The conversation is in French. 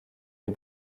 des